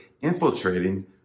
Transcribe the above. infiltrating